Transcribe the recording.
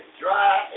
dry